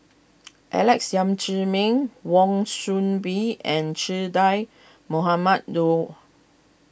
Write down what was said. Alex Yam Ziming Wan Soon Bee and Che Dah Mohamed Noor